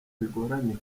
bigoranye